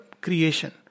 creation